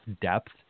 depth